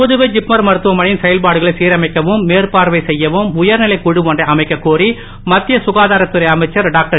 Puduvai JIPMER மருத்துவமனையின் செயல்பாடுகளை சீரமைக்கவும் மேற்பார்வை செய்யவும் உயர்நிலைக் குழு ஒன்றை அமைக்கக் கோரி மத்திய ககாதாரத்துறை அமைச்சர் டாக்டர்